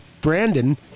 Brandon